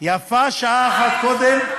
יפה שעה אחת קודם.